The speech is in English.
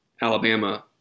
Alabama